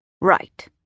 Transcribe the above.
Right